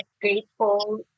grateful